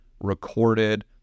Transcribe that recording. recorded